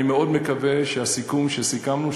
אני מאוד מקווה שהסיכום שסיכמנו,